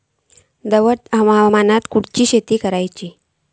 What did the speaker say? दमट हवामानात खयली शेती करूची?